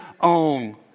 own